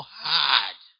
hard